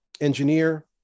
engineer